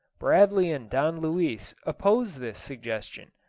bradley and don luis opposed this suggestion,